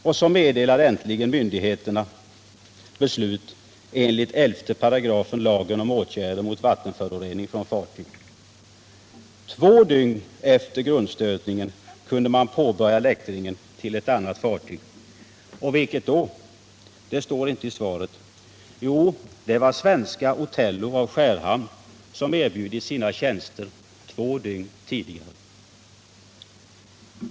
Och så meddelade äntligen myndigheten beslut enligt 11 § lagen om åtgärder mot vattenförorening från fartyg. Två dygn efter grundstötningen kunde man påbörja läktringen till ett annat fartyg. Och vilket då? Det nämns inte i svaret. Jo, det var svenska Othello av Skärhamn, som erbjudit sina tjänster två dygn tidigare.